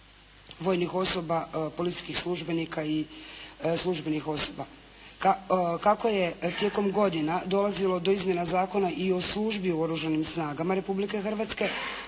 vojnih osoba, policijskih službenika i službenih osoba. Kako je tijekom godina dolazilo do izmjena Zakona o službi u Oružanim snagama Republike Hrvatske